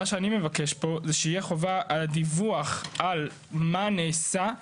אבל אני מבקש שלפחות תהיה חובת דיווח על מה נעשה,